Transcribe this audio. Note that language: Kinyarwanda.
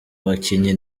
bakinnyi